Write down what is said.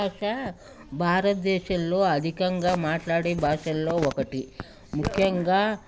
ఇక భారతదేశంలో అధికంగా మాట్లాడే భాషల్లో ఒకటి ముఖ్యంగా